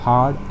Hard